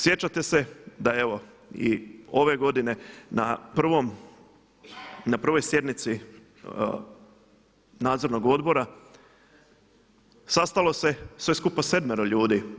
Sjećate se da evo i ove godine na prvoj sjednici Nadzornog odbora sastalo se sve supa sedmero ljudi.